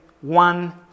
one